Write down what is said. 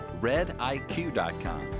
RedIQ.com